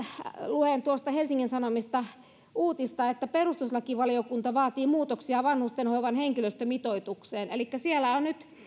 luen tuosta helsingin sanomista uutista että perustuslakivaliokunta vaatii muutoksia vanhustenhoivan henkilöstömitoitukseen elikkä siellä on nyt